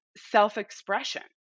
self-expression